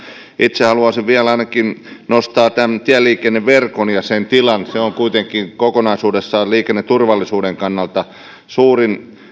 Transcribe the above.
itse haluaisin vielä nostaa ainakin tämän tieliikenneverkon ja sen tilan se on kuitenkin kokonaisuudessaan liikenneturvallisuuden kannalta suurin